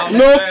no